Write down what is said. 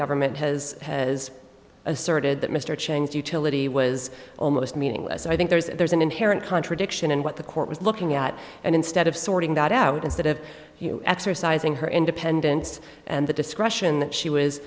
government has has asserted that mr cheney's utility was almost meaningless i think there's an inherent contradiction in what the court was looking at and instead of sorting that out instead of exercising her independence and the discretion that she was